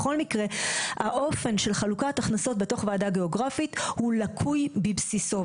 בכל מקרה האופן של חלוקת הכנסות בתוך ועדה גיאוגרפית הוא לקוי בבסיסו.